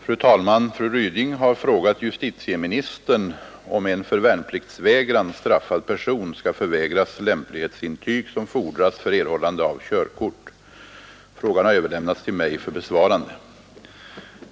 Fru talman! Fru Ryding har frågat justitieministern om en för värnpliktsvägran straffad person skall förvägras lämplighetsintyg som fordras för erhållande av körkort. Frågan har överlämnats till mig för besvarande.